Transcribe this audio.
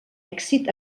èxit